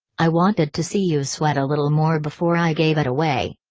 i wanted to see you sweat a little more before i gave it away.